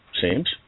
seems